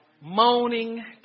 moaning